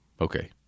Okay